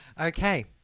Okay